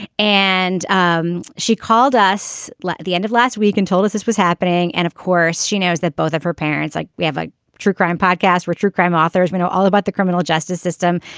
and um she called us at the end of last week and told us this was happening. and of course she knows that both of her parents like we have a true crime podcast richard crime author as we know all about the criminal justice system.